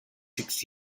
six